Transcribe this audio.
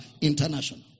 International